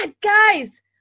guys